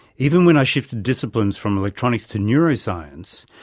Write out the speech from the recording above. even when i shifted disciplines from electronics to neuroscience,